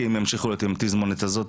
כי הם ימשיכו להיות עם התסמונת הזאת.